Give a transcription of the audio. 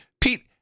Pete